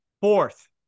fourth